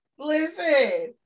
Listen